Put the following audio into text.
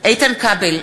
איתן כבל,